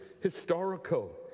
historical